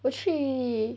我去